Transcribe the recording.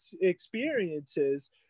experiences